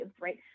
right